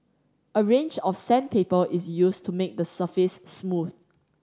a range of sandpaper is used to make the surface smooth